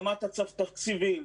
ברמת התקציבים,